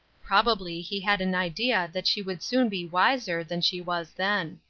probably he had an idea that she would soon be wiser than she was then.